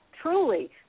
Truly